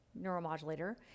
neuromodulator